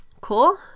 Cool